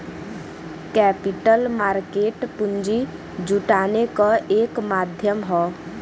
capital market पूंजी जुटाने क एक माध्यम हौ